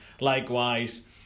likewise